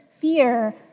fear